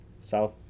south